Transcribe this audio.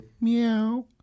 meow